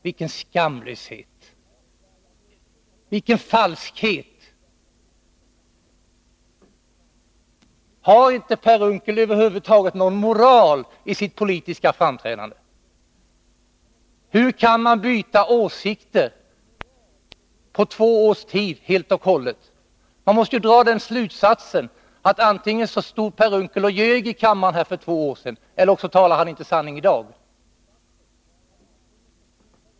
Vilken skamlöshet, vilken falskhet! Har Per Unckel över huvud taget inte någon moral när det gäller det politiska framträdandet? Hur kan man på två år byta åsikt helt och hållet? Jag måste dra den slutsatsen att Per Unckel antingen stod här i kammaren och ljög för två år sedan, eller också talar han inte sanning i dag.